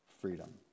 freedom